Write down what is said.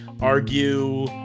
argue